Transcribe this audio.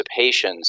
participations